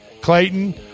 Clayton